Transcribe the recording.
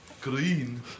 Green